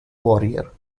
warrior